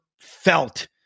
felt